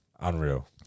Unreal